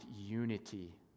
unity